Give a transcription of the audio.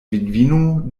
vidvino